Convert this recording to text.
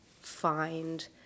find